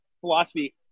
philosophy